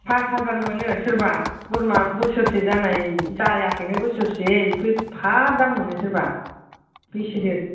फास हाजार मोनो सोरबा बोरमा बोसोरसे जानाय जायाखैनो बोसोरसे इखो एफा दाम मोनो सोरबा बेसे देरखो